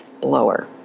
blower